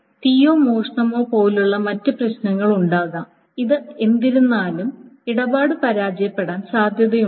തീയോ മോഷണമോ പോലുള്ള മറ്റ് പ്രശ്നങ്ങളുണ്ടാകാം ഇത് എന്തായിരുന്നാലും ഇടപാട് പരാജയപ്പെടാൻ സാധ്യതയുണ്ട്